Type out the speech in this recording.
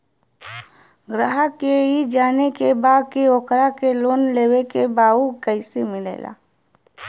ग्राहक के ई जाने के बा की ओकरा के लोन लेवे के बा ऊ कैसे मिलेला?